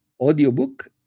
audiobook